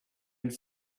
and